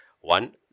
One